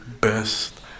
best